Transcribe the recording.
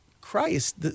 Christ